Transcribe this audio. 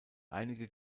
einige